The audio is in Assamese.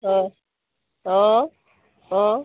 অঁ অঁ অঁ